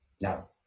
Now